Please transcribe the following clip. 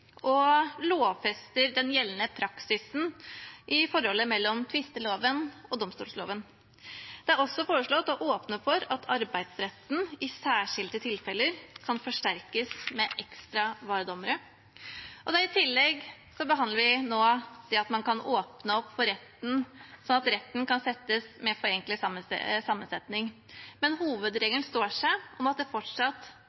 og lovfester den gjeldende praksisen i forholdet mellom tvisteloven og domstolloven. Det blir også foreslått å åpne opp for at Arbeidsretten i særskilte tilfeller kan forsterkes med ekstra varadommere. I tillegg behandler vi nå det å åpne opp for at retten kan settes med forenklet sammensetning, men